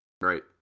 Right